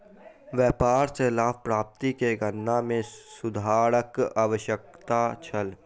व्यापार सॅ लाभ प्राप्ति के गणना में सुधारक आवश्यकता छल